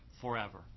forever